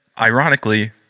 ironically